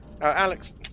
Alex